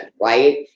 Right